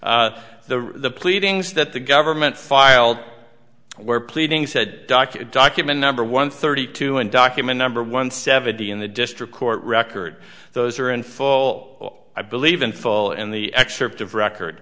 the pleadings that the government filed where pleadings said docket document number one thirty two and document number one seventy in the district court record those are in full i believe in full and the excerpt of record